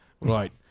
Right